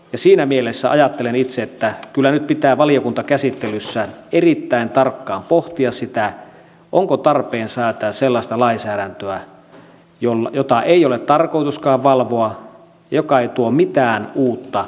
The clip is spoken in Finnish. siinä mielessä ajattelen itse että kyllä nyt pitää valiokuntakäsittelyssä erittäin tarkkaan pohtia sitä onko tarpeen säätää sellaista lainsäädäntöä jota ei ole tarkoituskaan valvoa ja joka ei tuo mitään uutta nykyiseen toimintaan